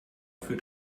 führt